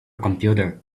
computer